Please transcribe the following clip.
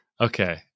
Okay